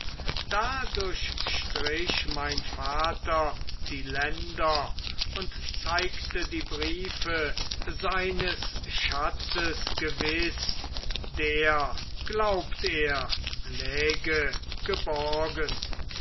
da durchstrich mein vater die länder und zeigte die briefe seines schatzes gewiß der glaubt er läge geborgen